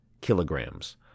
kilograms